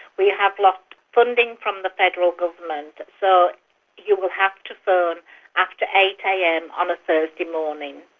we have lost funding from the federal government, so you will have to phone after eight am on a thursday morning.